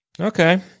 Okay